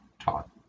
taught